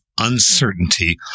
uncertainty